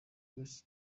mujyi